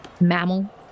mammal